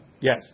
Yes